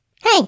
Hey